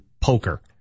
poker